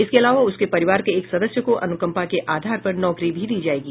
इसके अलावा उसके परिवार के एक सदस्य को अन्कंपा के आधार पर नौकरी भी दी जायेगी